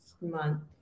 month